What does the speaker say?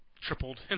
tripled